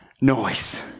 noise